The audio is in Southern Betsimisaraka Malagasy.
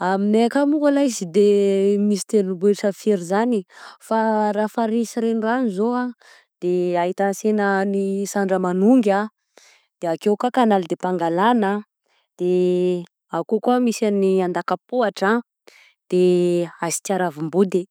Aminay akany mo koa lay sy de misy tendrombohitra firy zany fa raha farihy sy renirano zao de ahitanansena ny: Sandramanongy a, de ake koa Canal de Pangalane a, de ake koa misy Andakapohatra de Asitiaravimbody.